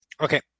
Okay